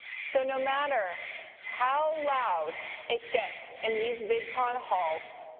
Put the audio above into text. so no matter how loud it gets in these vidcon halls,